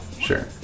Sure